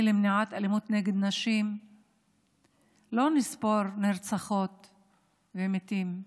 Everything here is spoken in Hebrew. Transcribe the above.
למניעת אלימות כלפי נשים לא נספור נרצחות ומתים,